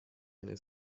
eine